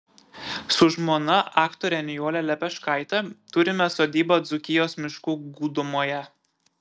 su žmona aktore nijole lepeškaite turime sodybą dzūkijos miškų gūdumoje